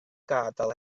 gadal